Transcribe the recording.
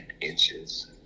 inches